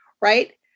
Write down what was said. right